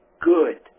good